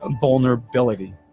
vulnerability